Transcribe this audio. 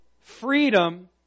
freedom